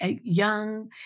young